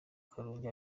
karungi